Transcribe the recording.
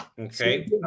okay